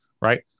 right